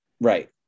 Right